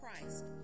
Christ